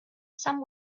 some